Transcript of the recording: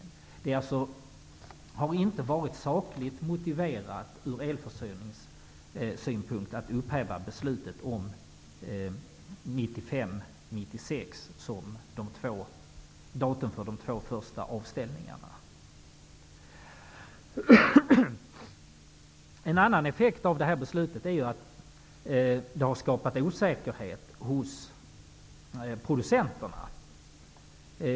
Det har ur elförsörjningssynpunkt inte varit sakligt motiverat att upphäva beslutet om 1995 och 1996 som tidangivelse för de två första avställningarna. En annan effekt av beslutet är att det har skapat osäkerhet hos producenterna.